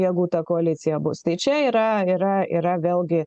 jėgų ta koalicija bus tai čia yra yra yra vėlgi